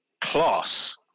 class